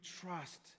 trust